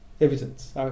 evidence